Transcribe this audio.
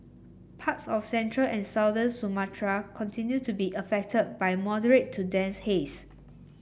parts of central and southern Sumatra continue to be affected by moderate to dense haze